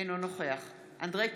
אינו נוכח אנדרי קוז'ינוב,